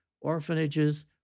orphanages